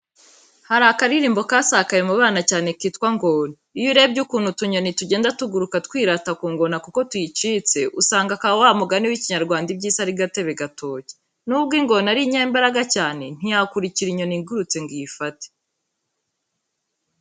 Hari akaririmbo kasakaye mu bana cyane kitwa ''Ngona'', iyo urebye ukuntu utunyoni tugenda tuguruka twirata ku ngona kuko tuyicitse, usanga aka wa mugani w'Ikinyarwanda, iby'Isi ari gatebe gatoki, nubwo ingona ari inyambaraga cyane, ntiyakurikira inyoni igurutse ngo iyifate.